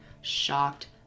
shocked